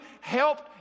helped